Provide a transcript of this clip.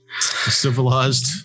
civilized